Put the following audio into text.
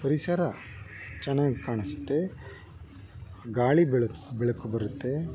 ಪರಿಸರ ಚೆನ್ನಾಗ್ ಕಾಣಿಸುತ್ತೆ ಗಾಳಿ ಬೆಳಕು ಬೆಳಕು ಬರುತ್ತೆ